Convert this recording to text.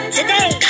today